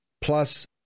Plus